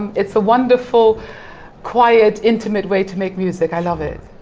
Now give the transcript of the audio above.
it's a wonderful quiet intimate way to make music, i love it.